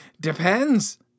Depends